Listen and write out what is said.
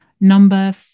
Number